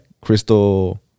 crystal